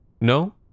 No